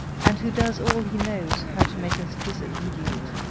and who does all he knows how to make us disobedient.